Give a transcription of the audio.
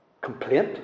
complaint